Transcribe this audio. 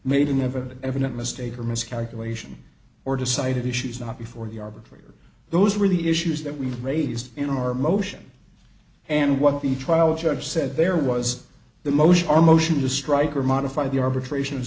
made an evident evident mistake or miscalculation or decided issues not before the arbitrator those were the issues that we raised in our motion and what the trial judge said there was the motion our motion to strike or modify the arbitration